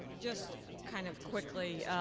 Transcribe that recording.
just kind of quickly